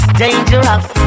dangerous